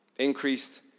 Increased